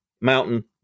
mountain